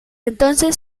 entonces